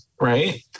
right